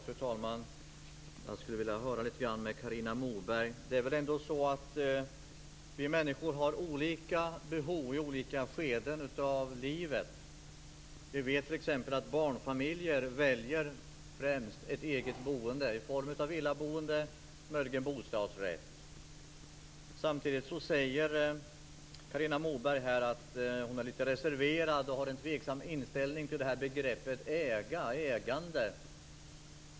Fru talman! Det är väl ändå så, Carina Moberg, att vi människor har olika behov i olika skeden i livet. T.ex. barnfamiljer väljer främst eget boende i form av villaboende, eller möjligen bostadsrättsboende. Carina Moberg säger här att hon är litet reserverad och litet tveksam till begreppen äga och ägande.